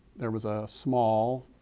there was a small,